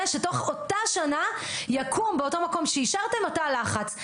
שבתוך אותה שנה יקום באותו מקום שאישרתם תא הלחץ.